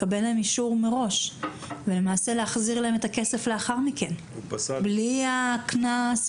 לקבל אישור מראש ולמעשה להחזיר להן את הכסף לאחר מכן בלי הקנס,